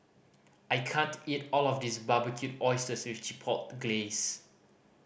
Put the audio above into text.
I can't eat all of this Barbecued Oysters with Chipotle Glaze